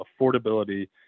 affordability